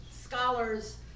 scholars